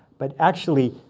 but actually,